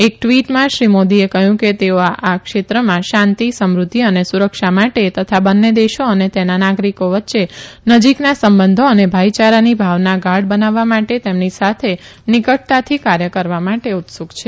એક ટવીટમાં શ્રી મોદીએ કહયું કે તેઓ આ ક્ષેત્રમાં શાંતી સમૃઘ્યિ અને સુરક્ષા માટે તથા બંને દેશો અને તેના નાગરીકો વય્યે નજીકના સંબંધો અને ભાઇયારાની ભાવના ગાઢ બનાવવા માટે તેમની સાથે નિકટતાથી કાર્ય કરવા માટે ઉત્સુક છે